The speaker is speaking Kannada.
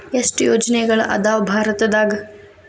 ಎಷ್ಟ್ ಯೋಜನೆಗಳ ಅದಾವ ಭಾರತದಾಗ?